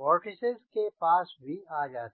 vortices के पास भी आ जाते हैं